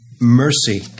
mercy